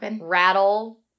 rattle